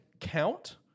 count